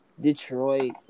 Detroit